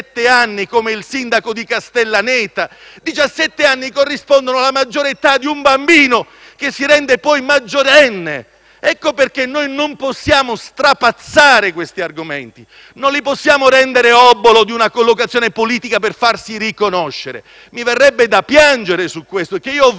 Diciassette anni corrispondono alla maggiore età di un bambino che si rende poi maggiorenne. Ecco perché noi non possiamo strapazzare questi argomenti; non li possiamo rendere obolo di una collocazione politica per farsi riconoscere. Mi verrebbe da piangere su questo perché ho visto che cosa fa